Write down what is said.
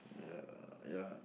yeah yeah